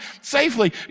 safely